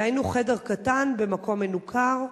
דהיינו חדר קטן, במקום מנוכר,